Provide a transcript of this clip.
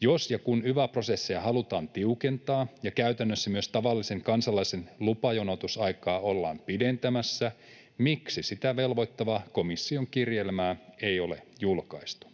Jos ja kun yva-prosesseja halutaan tiukentaa ja käytännössä myös tavallisen kansalaisen lupajonotusaikaa ollaan pidentämässä, miksi sitä velvoittavaa komission kirjelmää ei ole julkaistu?